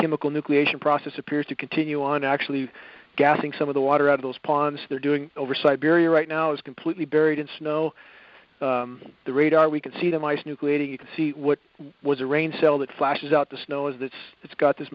chemical nucleation process appears to continue on actually gassing some of the water out of those ponds they're doing over siberia right now is completely buried in snow the radar we can see them ice nucleated you can see what was a rain cell that flashes out the snow is that's it's got this